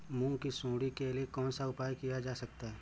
मूंग की सुंडी के लिए कौन सा उपाय किया जा सकता है?